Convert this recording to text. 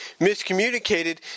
miscommunicated